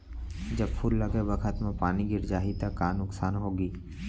जब फूल लगे बखत म पानी गिर जाही त का नुकसान होगी?